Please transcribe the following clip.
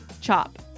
Chop